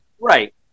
Right